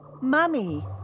mummy